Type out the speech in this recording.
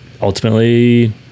ultimately